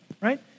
right